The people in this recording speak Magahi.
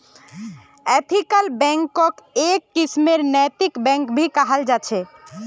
एथिकल बैंकक् एक किस्मेर नैतिक बैंक भी कहाल जा छे